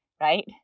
right